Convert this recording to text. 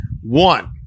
one